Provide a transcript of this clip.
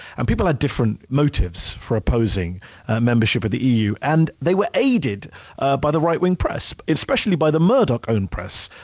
and people had different motives for opposing membership of the eu. and they were aided ah by the right-wing press, especially by the murdoch owned press.